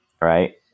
Right